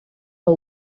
for